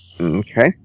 Okay